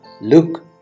Look